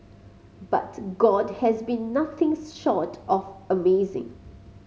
but God has been nothing short of amazing